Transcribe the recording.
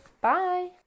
bye